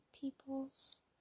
people's